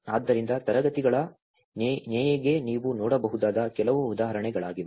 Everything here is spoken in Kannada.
ಆದ್ದರಿಂದ ತರಗತಿಗಳ ನೇಯ್ಗೆ ನೀವು ನೋಡಬಹುದಾದ ಕೆಲವು ಉದಾಹರಣೆಗಳಾಗಿವೆ